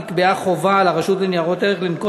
נקבעה חובה על הרשות לניירות ערך לנקוט